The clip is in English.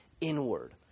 inward